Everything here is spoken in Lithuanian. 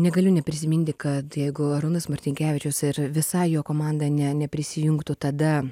negaliu neprisiminti kad jeigu arūnas marcinkevičius ir visa jo komanda ne neprisijungtų tada